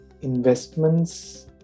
investments